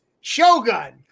shogun